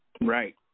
Right